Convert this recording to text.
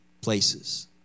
places